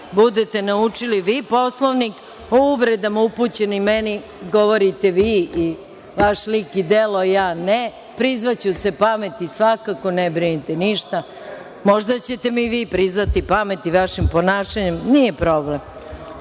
budete naučili Poslovnik, o uvredama upućenim meni govorite i vaš lik i delo, a ja ne. Prizvaću se pameti, svakako, ne brinite ništa. Možda ćete mi vi prizvati pamet i vašim ponašanjem, nije problem.